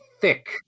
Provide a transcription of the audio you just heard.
thick